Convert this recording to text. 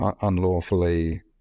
unlawfully